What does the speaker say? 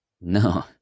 No